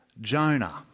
Jonah